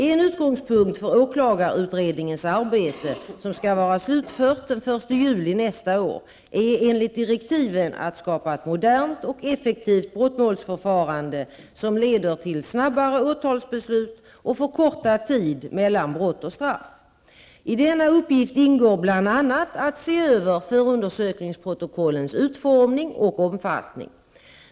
En utgångspunkt för åklagarutredningens arbete, som skall vara slutfört den 1 juli nästa år, är enligt direktiven att skapa ett modernt och effektivt brottmålsförfarande som leder till snabbare åtalsbeslut och förkortad tid mellan brott och straff. I denna uppgift ingår bl.a. att se över förundersökningsprotokollens utformning och omfattning.